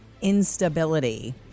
instability